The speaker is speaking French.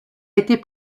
été